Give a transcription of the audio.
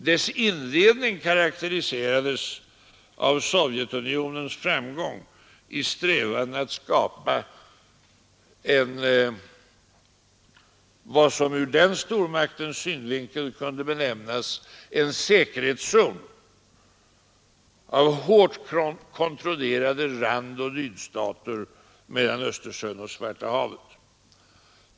Dess inledning karaktäriserades av Sovjetunionens framgång i strävandena att skapa vad som ur den stormaktens synvinkel kunde benämnas en säkerhetszon av hårt kontrollerade randoch lydstater mellan Östersjön och Svarta havet.